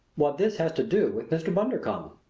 what this has to do with mr. bundercombe?